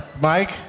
Mike